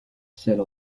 celle